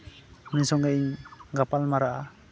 ᱩᱱᱤ ᱥᱚᱝᱜᱮᱧ ᱜᱟᱯᱟᱞ ᱢᱟᱨᱟᱣᱟ